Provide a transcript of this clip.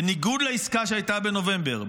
בניגוד לעסקה שהייתה בנובמבר,